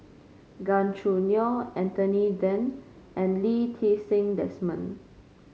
Gan Choo Neo Anthony Then and Lee Ti Seng Desmond